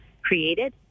created